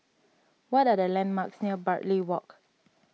what are the landmarks near Bartley Walk